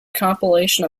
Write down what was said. compilation